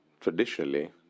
Traditionally